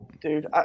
Dude